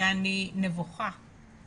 שאני נבוכה.